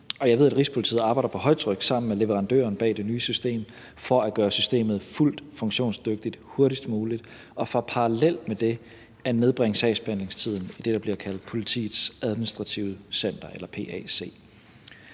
jeg ved, at Rigspolitiet arbejder på højtryk sammen med leverandøren bag det nye system for at gøre systemet fuldt funktionsdygtigt hurtigst muligt og for parallelt med det at nedbringe sagsbehandlingstiden i det, der bliver kaldt Politiets Administrative Center eller PAC.